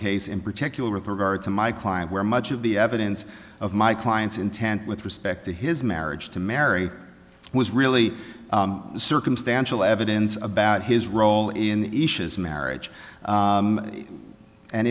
case in particular with regard to my client where much of the evidence of my client's intent with respect to his marriage to mary was really circumstantial evidence about his role in the issues marriage